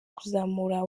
kuzamura